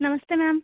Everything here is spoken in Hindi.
नमस्ते मेम